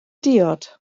diod